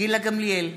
גילה גמליאל,